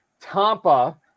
Tampa